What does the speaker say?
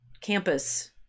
campus